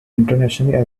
internationally